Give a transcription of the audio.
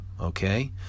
okay